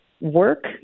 work